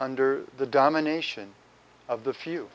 under the domination of the few